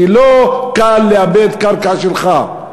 כי לא קל לאבד קרקע שלך.